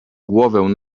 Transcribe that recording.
głowę